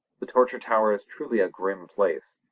the torture tower is truly a grim place,